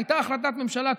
הייתה החלטת ממשלה,